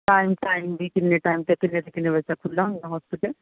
time time ਵੀ ਕਿੰਨੇ time ਤੋਂ ਕਿੰਨੇ ਤੋਂ ਕਿੰਨੇ ਵਜੇ ਤੱਕ ਖੁੱਲ੍ਹਾ ਹੁੰਦਾ ਹੋਸਪਿਟਲ